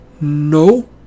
no